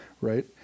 right